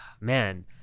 man